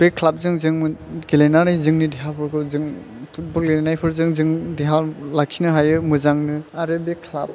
बे ख्लाबजों जों गेलेनानै जोंनि देहाफोरखौ जों फुथबल गेलेनायफोरजों जों देहा लाखिनो हायो मोजांनो आरो बे ख्लाब